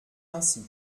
ainsi